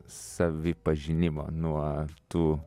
savipažinimo nuo tų